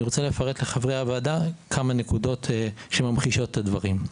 אני רוצה לפרט לחברי הוועדה כמה נקודות שממחישות את הדברים: